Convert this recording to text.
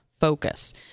focus